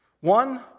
One